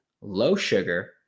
low-sugar